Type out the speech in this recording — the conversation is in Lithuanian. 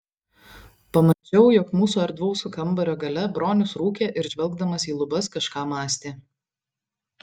pamačiau jog mūsų erdvaus kambario gale bronius rūkė ir žvelgdamas į lubas kažką mąstė